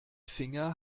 finger